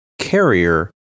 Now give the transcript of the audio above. carrier